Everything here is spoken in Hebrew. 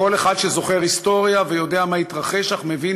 והכי גרוע הוא מטיל ספק ומכרסם ביסודותיה